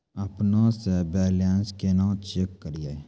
अपनों से बैलेंस केना चेक करियै?